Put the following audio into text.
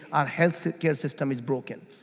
our healthcare system is broken.